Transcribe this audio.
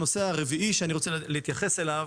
הנושא הרביעי שאני רוצה להתייחס אליו